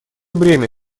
бремя